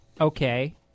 Okay